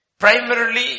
Primarily